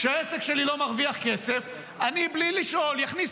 כשהעסק שלי לא מרוויח כסף אני בלי לשאול אכניס